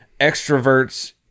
extroverts